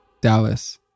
Dallas